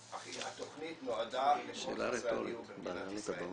התכנית נועדה לכל חסרי הדיור במדינת ישראל.